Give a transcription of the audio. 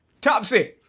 Topsy